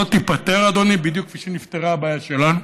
לא תיפתר, אדוני, בדיוק כפי שנפתרה הבעיה שלנו,